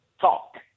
Talk